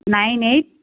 nine eight